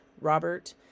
robert